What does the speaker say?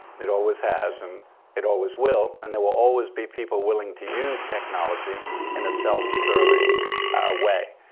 it always has, and it always will. and there will always be people willing to use technology in a self-serving way.